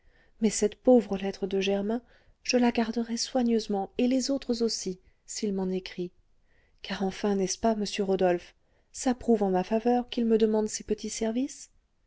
mais cette pauvre lettre de germain je la garderai soigneusement et les autres aussi s'il m'en écrit car enfin n'est-ce pas monsieur rodolphe ça prouve en ma faveur qu'il me demande ces petits services